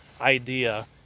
idea